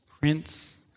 Prince